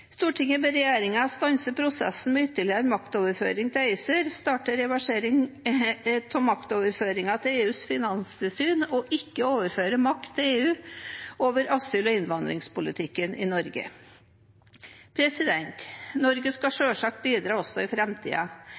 ber regjeringen stanse prosessen med ytterligere maktoverføring til ACER, starte reversering av maktoverføringen til EUs finanstilsyn og ikke overføre makt til EU over asyl- og innvandringspolitikken i Norge.» Norge skal selvsagt bidra også i